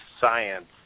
science